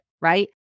right